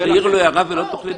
שתעירי לו הערה ולא תוכלי לדבר?